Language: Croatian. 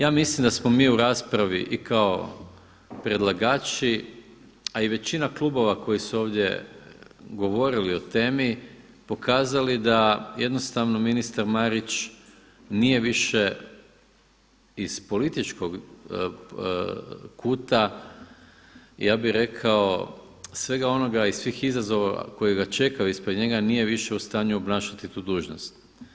Ja mislim da smo mi u raspravi i kao predlagači a i većina klubova koji su ovdje govorili o temi pokazali da jednostavno ministar Marić nije više iz političkog kuta i ja bih rekao svega onoga, svih izazova koji ga čekaju ispred njega nije više u stanju obnašati tu dužnost.